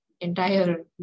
entire